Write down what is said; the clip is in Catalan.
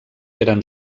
eren